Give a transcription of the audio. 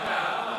רגע,